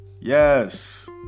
Yes